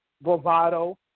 bravado